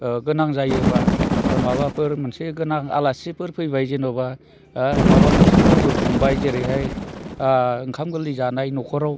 गोनां जायोब्ला माबाफोर मोनसे गोनां आलासिफोर फैबाय जेन'बा एबा माबा मोनसे फोरबो खुंबाय जेरैहाय ओंखाम गोरलै जानाय न'खराव